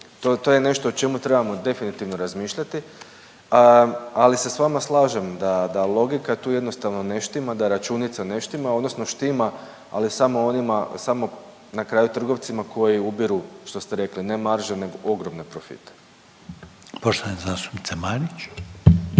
to je nešto o čemu trebamo definitivno razmišljati, ali se s vama slažem da logika tu jednostavno ne štima, da računica ne štima, odnosno štima, ali samo onima, samo na kraju trgovcima koji ubiru, što ste rekli, ne marže, nego ogromne profite. **Reiner,